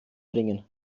bringen